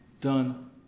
done